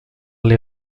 les